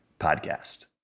Podcast